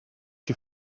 you